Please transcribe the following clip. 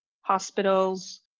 Hospitals